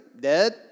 dead